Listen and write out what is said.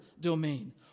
domain